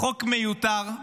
חוק מיותר.